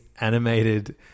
animated